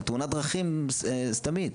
על תאונת דרכים סתמית.